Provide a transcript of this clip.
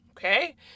Okay